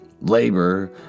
Labor